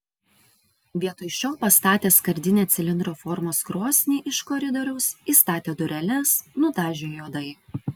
vietoj šio pastatė skardinę cilindro formos krosnį iš koridoriaus įstatė dureles nudažė juodai